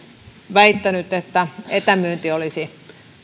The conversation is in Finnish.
väittänyt että etämyynti olisi